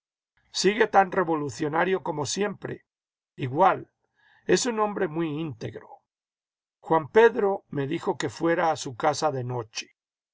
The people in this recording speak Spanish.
sigue tan revolucionario como siempre igual es un hombre muy íntegro juan pedro me dijo que fuera a su casa de noche